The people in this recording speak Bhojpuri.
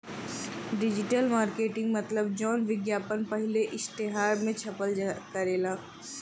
डिजिटल मरकेटिंग मतलब जौन विज्ञापन पहिले इश्तेहार मे छपल करला